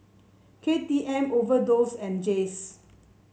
K T M Overdose and Jays